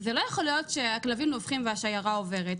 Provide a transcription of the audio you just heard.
זה לא יכול להיות שהכלבים נובחים והשיירה עוברת.